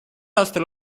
aastal